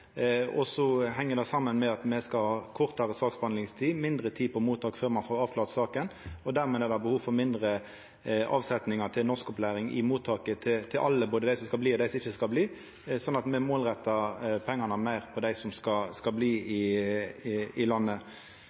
heng saman med at me skal ha kortare saksbehandlingstid og kortare tid på mottak før saka blir avklara. Dimed er det behov for mindre avsettingar til norskopplæring i mottak til alle, både dei som skal bli, og dei som ikkje skal bli. Me målrettar pengane meir mot dei som skal bli i landet.